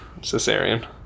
Cesarean